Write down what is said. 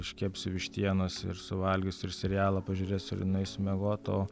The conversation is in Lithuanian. iškepsiu vištienos ir suvalgysiu ir serialą pažiūrėsiu ir nueisiu miegot o